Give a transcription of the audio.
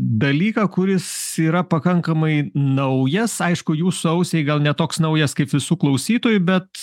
dalyką kuris yra pakankamai naujas aišku jūsų ausiai gal ne toks naujas kaip visų klausytojų bet